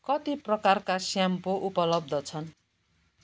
कति प्रकारका स्याम्पो उपलब्ध छन्